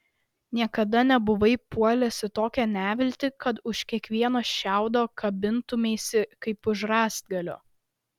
niekada nebuvai puolęs į tokią neviltį kad už kiekvieno šiaudo kabintumeisi kaip už rąstgalio